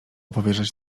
powierzać